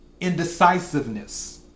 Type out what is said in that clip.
indecisiveness